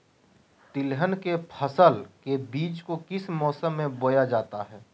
तिलहन फसल के बीज को किस मौसम में बोया जाता है?